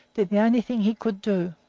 did the only thing he could do,